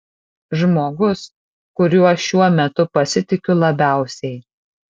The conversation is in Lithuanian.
žmogus kuriuo šiuo metu pasitikiu labiausiai